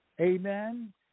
amen